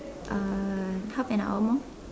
uh half an hour more